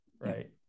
right